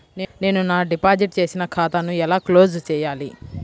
నేను నా డిపాజిట్ చేసిన ఖాతాను ఎలా క్లోజ్ చేయాలి?